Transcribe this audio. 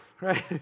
right